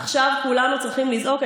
עכשיו כולנו צריכים לזעוק.